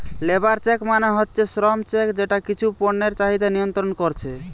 labour check মানে হচ্ছে শ্রম চেক যেটা কিছু পণ্যের চাহিদা নিয়ন্ত্রণ কোরছে